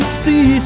see